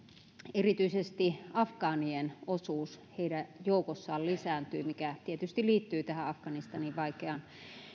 erityisesti afgaanien osuus heidän joukossaan lisääntyi mikä tietysti liittyy tähän afganistanin vaikeaan